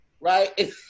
right